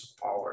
power